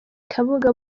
kabuga